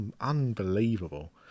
unbelievable